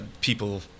people